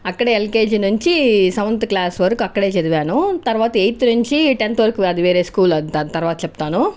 అక్కడ ఎల్కేజీ నుంచి seventh class వరకు అక్కడ చదివాను తర్వాత ఎయిత్ నుంచి టెన్త్ వరకు అది వేరే స్కూల్ అది తర్వాత చెప్తాను